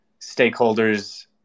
stakeholders